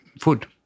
food